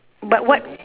but what